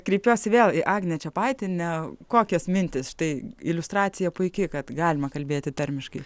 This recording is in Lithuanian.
kreipiuosi vėl į agnę čepaitienę kokios mintys štai iliustracija puiki kad galima kalbėti tarmiškai